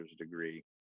degree